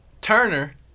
Turner